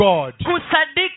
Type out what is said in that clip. God